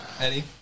Eddie